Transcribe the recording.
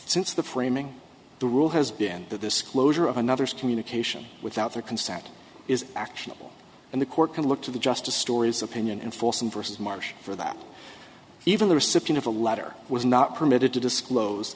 since the framing the rule has been that this closure of another's communication without their consent is actionable and the court can look to the justice story's opinion and force and versus marsh for that even the recipient of the letter was not permitted to disclose